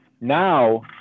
Now